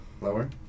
Lower